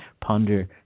ponder